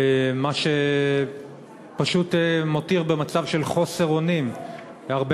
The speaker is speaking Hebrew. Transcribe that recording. מה שפשוט מותיר במצב של חוסר אונים הרבה